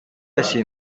байсан